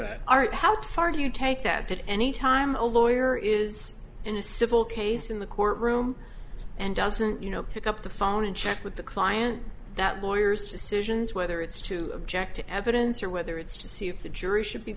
our how far do you take that any time a lawyer is in a civil case in the court room and doesn't you know pick up the phone and chat with the client that lawyers decisions whether it's to object to evidence or whether it's to see if the jury should be